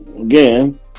again